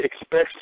expect